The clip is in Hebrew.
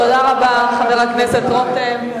תודה רבה, חבר הכנסת רותם.